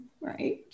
right